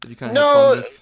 No